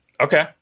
Okay